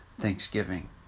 Thanksgiving